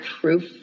proof